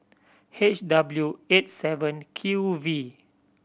H W eight seven Q V